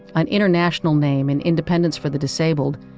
an international name in independence for the disabled,